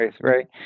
right